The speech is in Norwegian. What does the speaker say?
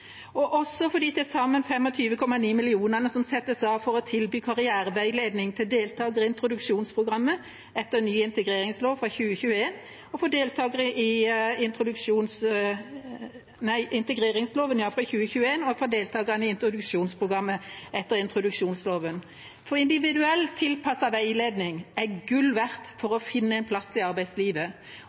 også glad for de til sammen 25,9 mill. kr som settes av for å tilby karriereveiledning til deltakerne i introduksjonsprogrammet etter ny integreringslov fra 2021, og for deltakere i introduksjonsprogrammet etter introduksjonsloven. Individuelt tilpasset veiledning er gull verdt for å finne en plass i arbeidslivet. Det må til skal vi klare å lykkes med en